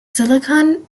silicon